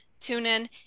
TuneIn